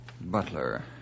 Butler